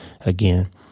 again